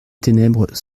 ténèbres